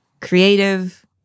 creative